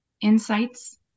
insights